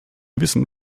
wissen